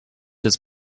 his